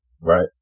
Right